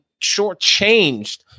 shortchanged